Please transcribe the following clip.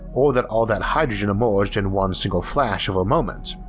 or that all that hydrogen emerged in one single flash of a moment.